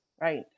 right